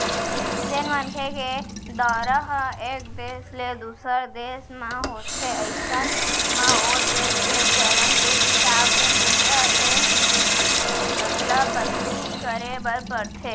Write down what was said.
जेन मनखे के दौरा ह एक देस ले दूसर देस म होथे अइसन म ओ देस के चलन के हिसाब ले मुद्रा के अदला बदली करे बर परथे